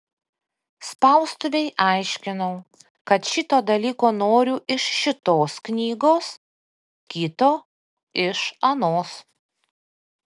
spaustuvei aiškinau kad šito dalyko noriu iš šitos knygos kito iš anos